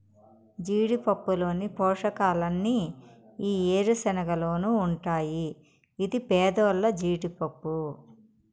జీడిపప్పులోని పోషకాలన్నీ ఈ ఏరుశనగలోనూ ఉంటాయి ఇది పేదోల్ల జీడిపప్పు